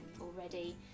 already